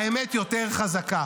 האמת יותר חזקה,